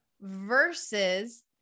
Versus